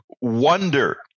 wonder